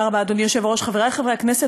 אדוני היושב-ראש, תודה רבה, חברי חברי הכנסת,